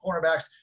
cornerbacks